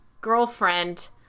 girlfriend